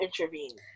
intervene